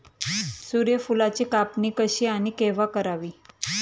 सूर्यफुलाची कापणी कशी आणि केव्हा करावी?